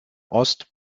ost